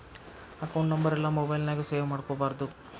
account ನಂಬರೆಲ್ಲಾ mobile ನ್ಯಾಗ save ಮಾಡ್ಕೊಬಾರ್ದು